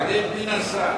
תגיד מי נסע.